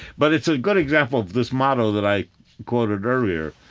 but it's a good example of this model that i quoted earlier,